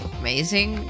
amazing